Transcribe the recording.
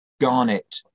Garnet